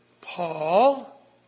Paul